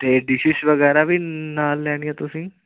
ਅਤੇ ਡਿਸ਼ਿਸ ਵਗੈਰਾ ਵੀ ਨਾਲ ਲੈਣੀਆਂ ਤੁਸੀਂ